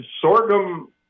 Sorghum